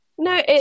No